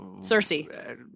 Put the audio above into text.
Cersei